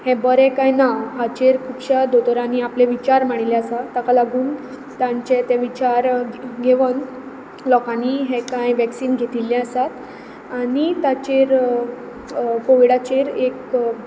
हें बरें काय ना हाचेर खुबश्या दोतोरांनी आपले विचार मांडिल्ले आसा ताका लागून तांचे ते विचार घेवन लोकांनी हें कांय वेकसीन घेतिल्ले आसात आनी ताचेर कॉवीडाचेर एक